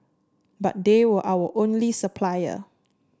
but they were our only supplier